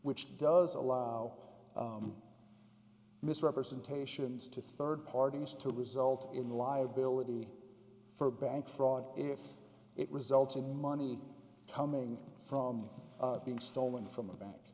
which does allow misrepresentations to third parties to result in liability for bank fraud if it results in money coming from being stolen from a bank